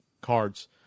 cards